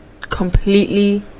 completely